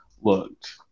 looked